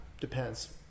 Depends